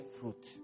fruit